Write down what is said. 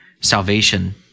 Salvation